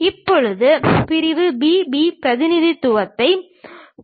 இப்போது பிரிவு B B பிரதிநிதித்துவத்தைப் பார்ப்போம்